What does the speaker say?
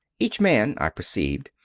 each man, i perceived,